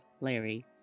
Larry